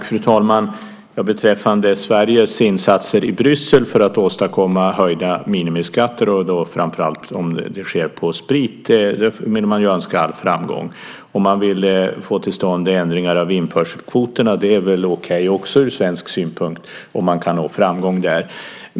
Fru talman! Beträffande Sveriges insatser i Bryssel för att åstadkomma höjda minimiskatter, framför allt på sprit, kan man ju önska all framgång. Om man vill få till stånd ändringar av införselkvoterna är det väl också okej ur svensk synpunkt, om man kan nå framgång där.